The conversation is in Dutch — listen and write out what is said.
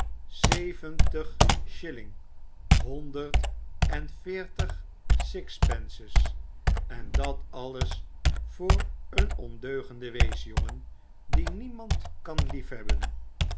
zeventig schilling honderd en veertig s i xpences en dat alles voor een ondeugenden weesjongen dien niemand kan liefhebben